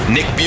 Nick